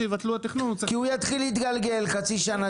כשיבטלו את התכנון --- כי הוא יתחיל להתגלגל חצי שנה,